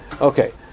Okay